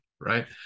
right